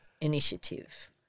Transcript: initiative